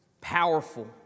powerful